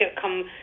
come